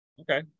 Okay